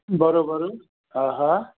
बराबरि हा हा